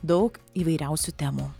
daug įvairiausių temų